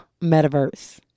metaverse